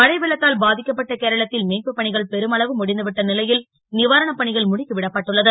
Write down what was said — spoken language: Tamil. மழை வெள்ளத்தால் பா க்கப்பட்ட கேரளத் ல் மீட்பு பணிகள் பெரும் அளவு முடிந்து விட்ட லை ல் வாரணப் பணிகள் முடுக்கி விடப்பட்டுள்ளது